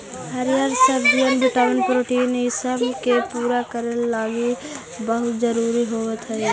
हरीअर सब्जियन vitamin protein ईसब के पूरा करे लागी बहुत जरूरी होब हई